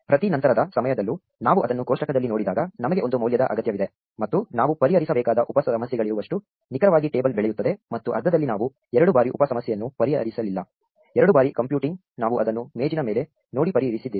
ಪ್ರತಿ ನಂತರದ ಸಮಯದಲ್ಲೂ ನಾವು ಅದನ್ನು ಕೋಷ್ಟಕದಲ್ಲಿ ನೋಡಿದಾಗ ನಮಗೆ ಒಂದು ಮೌಲ್ಯದ ಅಗತ್ಯವಿದೆ ಮತ್ತು ನಾವು ಪರಿಹರಿಸಬೇಕಾದ ಉಪ ಸಮಸ್ಯೆಗಳಿರುವಷ್ಟು ನಿಖರವಾಗಿ ಟೇಬಲ್ ಬೆಳೆಯುತ್ತದೆ ಮತ್ತು ಅರ್ಥದಲ್ಲಿ ನಾವು ಎರಡು ಬಾರಿ ಉಪ ಸಮಸ್ಯೆಯನ್ನು ಪರಿಹರಿಸಲಿಲ್ಲ ಎರಡು ಬಾರಿ ಕಂಪ್ಯೂಟಿಂಗ್ ನಾವು ಅದನ್ನು ಮೇಜಿನ ಮೇಲೆ ನೋಡಿ ಪರಿಹರಿಸಿದ್ದೇವೆ